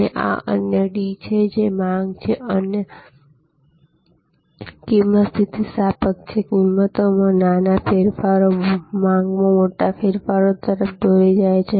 અને આ અન્ય ડી છે જે માંગ છે કિંમત સ્થિતિસ્થાપક છે કિંમતોમાં નાના ફેરફારો માંગમાં મોટા ફેરફારો તરફ દોરી જાય છે